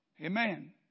Amen